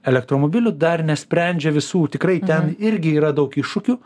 elektromobilių dar nesprendžia visų tikrai ten irgi yra daug iššūkių